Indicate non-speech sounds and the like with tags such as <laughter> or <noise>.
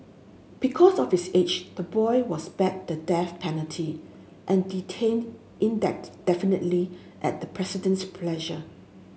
because of his age the boy was spared the death penalty and detained <unintelligible> at the President's pleasure